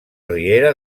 riera